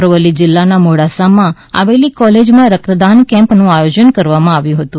અરવલ્લી જીલ્લાના મોડાસામાં આવેલી કોલેજમાં રક્તદાન કેમ્પનું આયોજન કરવામાં આવ્યું હતું